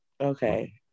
Okay